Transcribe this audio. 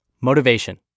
motivation